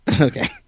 Okay